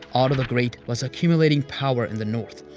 otto the great was accumulating power in the north.